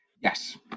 Yes